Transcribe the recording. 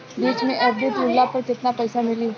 बीच मे एफ.डी तुड़ला पर केतना पईसा मिली?